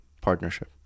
partnership